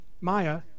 Maya